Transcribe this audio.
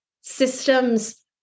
systems